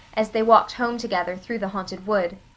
as they walked home together through the haunted wood,